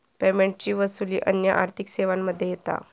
पेमेंटची वसूली अन्य आर्थिक सेवांमध्ये येता